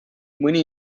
mõni